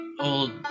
old